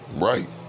right